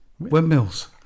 windmills